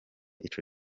ico